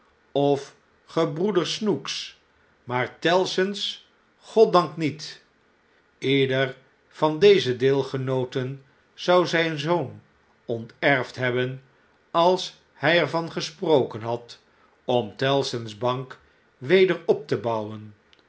of gebroeders snooks maar tellson's goddank niet ieder van deze deelgenooten zou zp zoon onterfd hebben als hjj er van gesproken had om tellson's bank weder op te bouwen